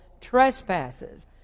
trespasses